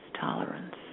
tolerance